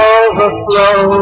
overflow